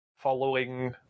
following